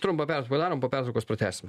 trumpą pertrauką padarom po pertraukos pratęsim